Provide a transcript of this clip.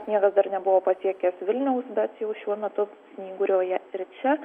sniegas dar nebuvo pasiekęs vilniaus bet jau šiuo metu snyguriuoja ir čia